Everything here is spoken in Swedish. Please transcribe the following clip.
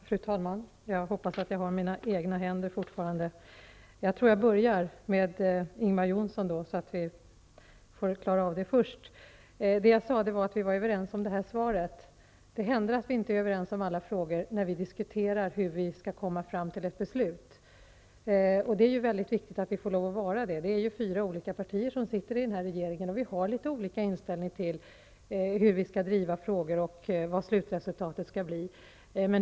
Fru talman! Jag hoppas att jag fortfarande har mina egna händer. Jag börjar med att bemöta Ingvar Johnsson. Jag sade att vi var överens om detta interpellationssvar. Det händer att vi inte är överens om alla frågor, när vi diskuterar hur vi skall komma fram till ett beslut. Det är viktigt att vi är överens. Det är fyra olika partier som sitter i regeringen, och vi har litet olika inställning till hur vi skall driva frågor och vad slutresultatet skall bli.